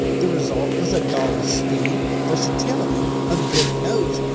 the result was a dog with speed, versatility, a good nose,